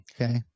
okay